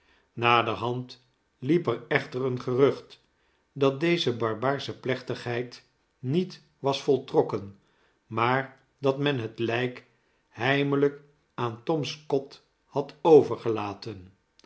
naderhand liep er echter een gerucht dat deze barbaarsche plechtigheid niet was voltrokken maar dat men het lijk heimelijk aan tom scott had overgelaten